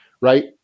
right